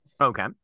okay